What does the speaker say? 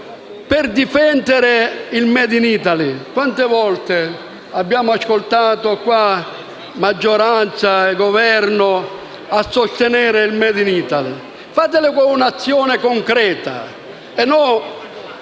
per difendere il *made in Italy*. Quante volte abbiamo ascoltato maggioranza e Governo sostenere il *made in Italy*: fatelo con un'azione concreta e non